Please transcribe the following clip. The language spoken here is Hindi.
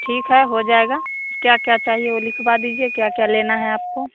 ठीक है हो जाएगा क्या क्या चाहिए वह लिखवा दीजिए क्या क्या लेना है आपको